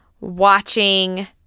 watching